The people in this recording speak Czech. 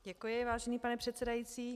Děkuji, vážený pane předsedající.